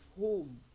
home